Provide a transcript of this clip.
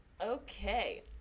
Okay